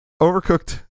Overcooked